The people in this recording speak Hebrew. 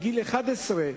כבת 11,